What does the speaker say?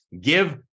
Give